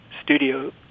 studio